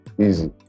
Easy